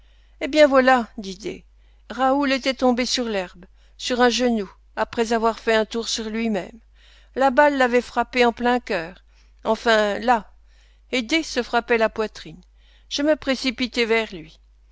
eh bien voilà dit d raoul était tombé sur l'herbe sur un genou après avoir fait un tour sur lui-même la balle l'avait frappé en plein cœur enfin là et d se frappait la poitrine je me précipitai vers lui